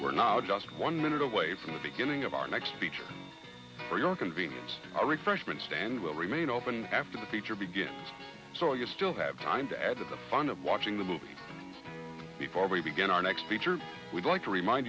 we're now just one minute away from the beginning of our next feature for your convenience refreshment stand will remain open after the feature begins so you still have time to add to the fun of watching the movie before we begin our next feature we going to remind